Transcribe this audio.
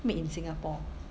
made in singapore